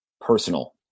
personal